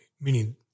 meaning